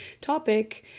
topic